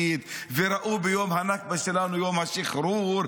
וראו ביום הנכבה שלנו את יום השחרור.